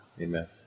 Amen